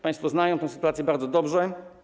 Państwo znają tę sytuację bardzo dobrze.